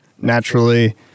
naturally